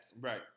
Right